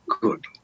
good